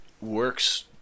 works